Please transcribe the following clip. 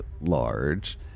large